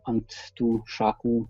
ant tų šakų